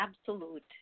absolute